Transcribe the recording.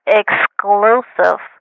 exclusive